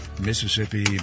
Mississippi